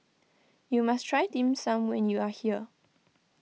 you must try Dim Sum when you are here